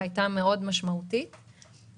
שהייתה משמעותית מאוד,